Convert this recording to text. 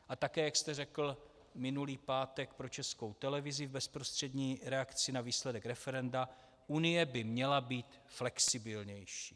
A také, jak jste řekl minulý pátek pro Českou televizi v bezprostřední reakci na výsledek referenda, Unie by měla být flexibilnější.